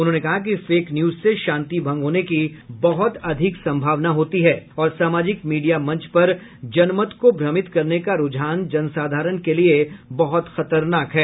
उन्होंने कहा कि फेक न्यूज से शांति भंग होने की बहुत अधिक संभावना होती है और सामाजिक मीडिया मंच पर जनमत को भ्रमित करने का रूझान जनसाधारण के लिए बहुत खतरनाक है